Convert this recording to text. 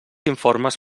informes